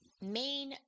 main